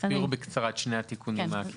תסבירו בקצרה את שני התיקונים העקיפים.